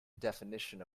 definition